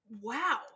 wow